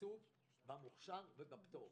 התקצוב במוכשר ובפטור.